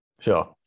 sure